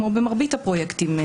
כמו במרבית הפרויקטים,